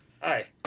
Hi